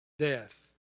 Death